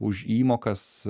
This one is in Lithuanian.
už įmokas